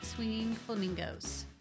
swingingflamingos